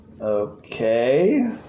okay